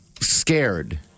scared